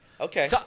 Okay